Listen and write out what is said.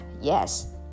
Yes